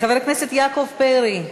חבר הכנסת יעקב פרי,